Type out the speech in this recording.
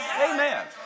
Amen